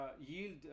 yield